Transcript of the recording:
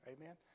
Amen